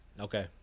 Okay